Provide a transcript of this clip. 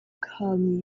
come